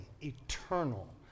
eternal